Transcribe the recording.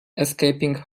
escaping